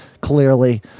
clearly